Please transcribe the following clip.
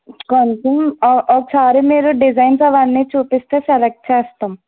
కొంచెం ఒకసారి మీరు డిజైన్స్ అవన్నీ చూపిస్తే సెలెక్ట్ చేస్తాం